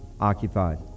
occupied